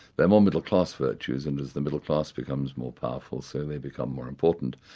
they're more middle-class virtues and as the middle-class becomes more powerful, so they become more important.